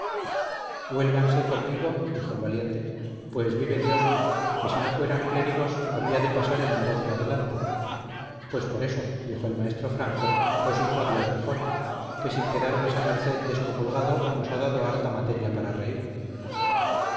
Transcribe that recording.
escipión huélganse conmigo dijo el valiente pues vive dios que si no fueran clérigos había de pasar el negocio adelante pues por eso dijo el maestro franco lo hizo dios mejor que sin quedar vuesa merced descomulgado nos ha dado harta materia para reír